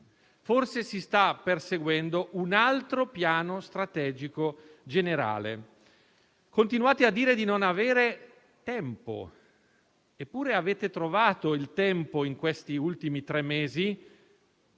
Forse si sta perseguendo un altro piano strategico generale. Continuate a dire di non avere tempo, eppure avete trovato il tempo in questi ultimi tre mesi,